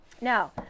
Now